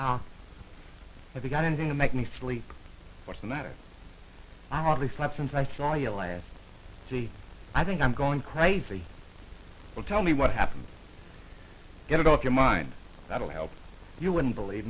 guys have you got anything to make me flee what's the matter i hardly slept since i saw you last i think i'm going crazy will tell me what happened get it off your mind that'll help you wouldn't believe